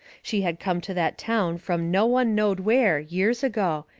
she had come to that town from no one knowed where, years ago,